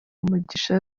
umugisha